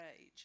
age